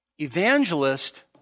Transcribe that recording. evangelist